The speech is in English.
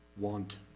want